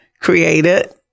created